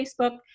Facebook